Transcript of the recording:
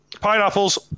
pineapples